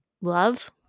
love